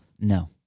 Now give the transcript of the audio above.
No